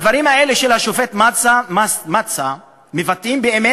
הדברים האלה של השופט מצא מבטאים באמת